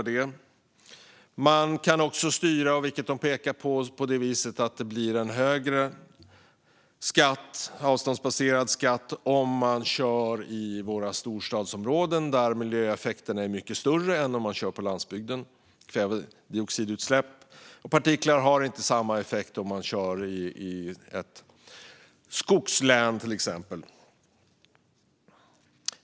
Det går också att styra det så att den avståndsbaserade skatten blir högre om man kör i storstadsområden där miljöeffekterna är mycket större än om man kör på landsbygden. Kvävedioxidutsläpp och partiklar har inte samma effekt om man kör i ett skogslän, till exempel.